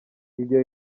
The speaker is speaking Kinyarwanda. ibyo